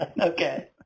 Okay